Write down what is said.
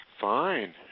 Fine